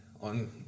on